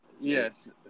Yes